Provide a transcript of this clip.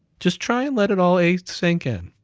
just try, and let it all async in.